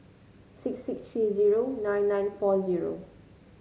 six six three zero nine nine four zero